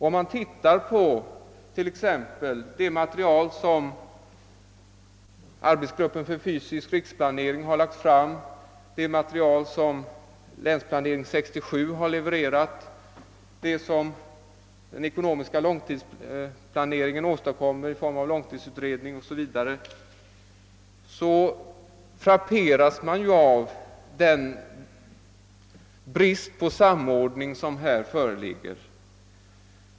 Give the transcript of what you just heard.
När man studerar det material som framlagts t.ex. av arbetsgruppen för fysisk riksplanering och av Länsplanering 67 liksom resultaten av den ekonomiska långtidsplaneringen frapperas man av den brist på samordning som föreligger.